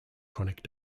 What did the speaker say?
chronic